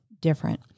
different